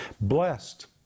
Blessed